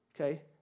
Okay